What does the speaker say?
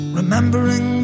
remembering